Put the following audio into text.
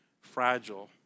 fragile